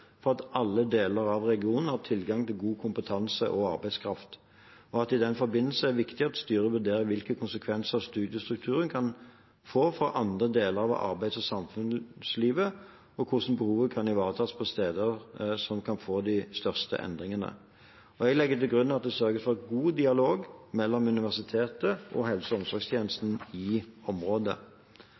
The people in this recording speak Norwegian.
for at alle deler av regionen har tilgang til god kompetanse og arbeidskraft, og at det i den forbindelse er viktig at styret vurderer hvilke konsekvenser studiestrukturen kan få for andre deler av arbeids- og samfunnslivet, og hvordan behovet kan ivaretas på steder som kan få de største endringene. Jeg legger til grunn at det sørges for god dialog mellom universitetet og helse- og omsorgstjenesten i området.